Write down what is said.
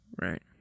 Right